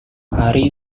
hari